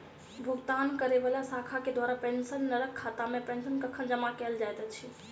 भुगतान करै वला शाखा केँ द्वारा पेंशनरक खातामे पेंशन कखन जमा कैल जाइत अछि